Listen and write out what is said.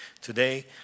Today